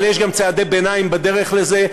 אבל יש גם צעדי ביניים בדרך לזה.